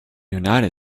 united